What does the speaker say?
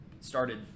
started